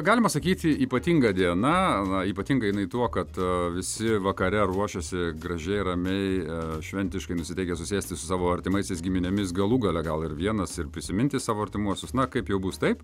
galima sakyti ypatinga diena ypatinga jinai tuo kad visi vakare ruošiasi gražiai ramiai ir šventiškai nusiteikę susėsti su savo artimaisiais giminėmis galų gale gal ir vienas ir prisiminti savo artimuosius na kaip jau bus taip